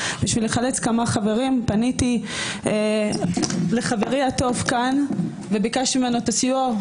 בשביל לחלץ כמה חברים פניתי לחברי הטוב כאן וביקשתי ממנו את הסיוע.